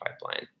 pipeline